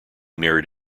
married